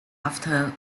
after